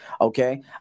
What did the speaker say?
Okay